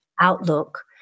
outlook